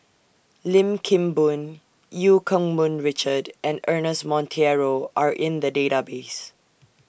Lim Kim Boon EU Keng Mun Richard and Ernest Monteiro Are in The Database